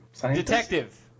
detective